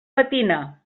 matina